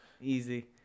easy